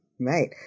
Right